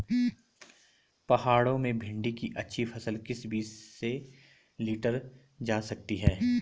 पहाड़ों में भिन्डी की अच्छी फसल किस बीज से लीटर जा सकती है?